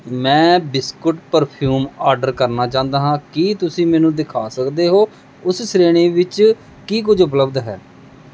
ਮੈਂ biscuit perfume order ਕਰਨਾ ਚਾਹੁੰਦਾ ਹਾਂ ਕੀ ਤੁਸੀਂ ਮੈਨੂੰ ਦਿਖਾ ਸਕਦੇ ਹੋ ਉਸ ਸ਼੍ਰੇਣੀ ਵਿੱਚ ਕੀ ਕੁਝ ਉਪਲਬਧ ਹੈ